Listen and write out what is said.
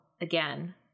again